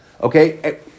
Okay